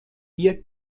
hier